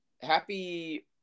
Happy